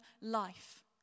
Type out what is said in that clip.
life